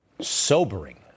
Sobering